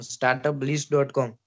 Startuplist.com